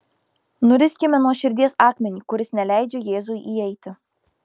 nuriskime nuo širdies akmenį kuris neleidžia jėzui įeiti